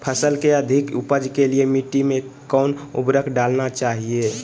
फसल के अधिक उपज के लिए मिट्टी मे कौन उर्वरक डलना चाइए?